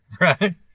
Right